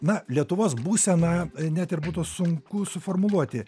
na lietuvos būseną net ir būtų sunku suformuluoti